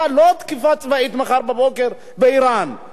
לא תקיפה צבאית מחר בבוקר באירן,